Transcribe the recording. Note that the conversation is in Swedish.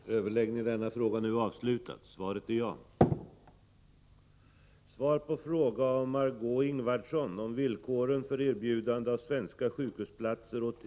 Företaget Swedhealth, som bildats i Landstingsförbundets regi, skall bl.a. förmedla svenska sjukhusplatser till importerade patienter. De utländska patienterna skall erbjudas vård inom områden där sjukvården har överkapacitet.